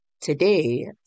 Today